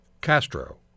Castro